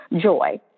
joy